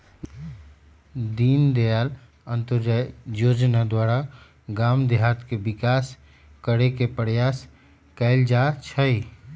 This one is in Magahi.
दीनदयाल अंत्योदय जोजना द्वारा गाम देहात के विकास करे के प्रयास कएल जाइ छइ